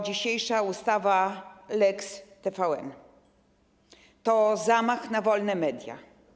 Dzisiejsza ustawa lex TVN to zamach na wolne media.